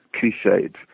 cliched